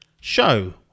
show